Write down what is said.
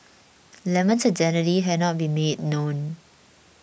lemon's identity has not been made known